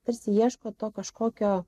tarsi ieško to kažkokio